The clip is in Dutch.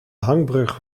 hangbrug